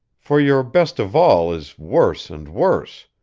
for your best of all is worse and worse.